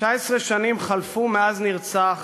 19 שנים חלפו מאז נרצח